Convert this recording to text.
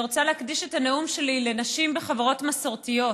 אני רוצה להקדיש את הנאום שלי לנשים בחברות מסורתיות,